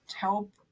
help